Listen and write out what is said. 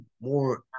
more